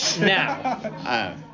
now